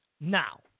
Now